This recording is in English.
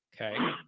Okay